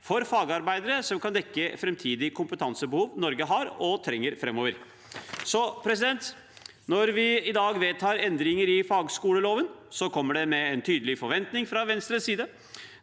for fagarbeidere, som kan dekke framtidige kompetansebehov Norge har og trenger framover. Når vi i dag vedtar endringer i fagskoleloven, kommer det med en tydelig forventning fra Venstres side.